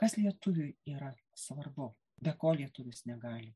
kas lietuviui yra svarbu be ko lietuvis negali